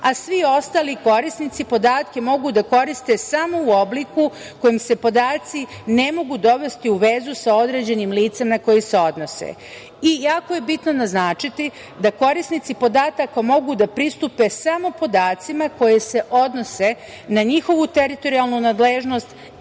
a svi ostali korisnici podatke mogu da koriste samo u obliku u kom se podaci ne mogu dovesti u vezi sa određenim licem na koje se odnose. Jako je bitno naznačiti da korisnici podataka mogu da pristupe samo podacima koji se odnose na njihovu teritorijalnu nadležnost